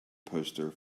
poster